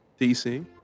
DC